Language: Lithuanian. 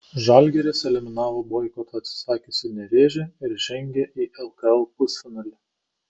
žalgiris eliminavo boikoto atsisakiusį nevėžį ir žengė į lkl pusfinalį